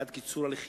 בעד קיצור הליכים,